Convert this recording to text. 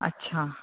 अच्छा